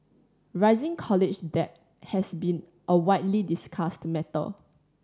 rising college debt has been a widely discussed matter